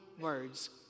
words